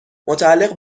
متعلق